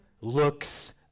looks